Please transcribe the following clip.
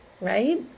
right